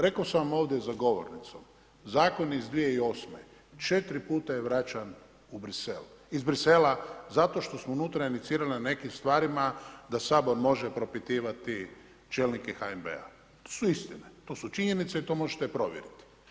Rekao sam vam ovdje za govornicom, zakon iz 2008. 4 puta je vraćan iz Brisela, zato što smo unutra inicirali na nekim stvarima da Sabor može propitivati čelnike HNB-a, to su istine, to su činjenice i to možete provjeriti.